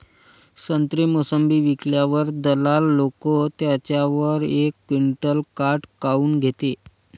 संत्रे, मोसंबी विकल्यावर दलाल लोकं त्याच्यावर एक क्विंटल काट काऊन घेते?